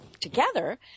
together